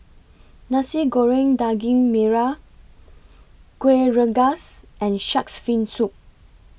Nasi Goreng Daging Merah Kuih Rengas and Shark's Fin Soup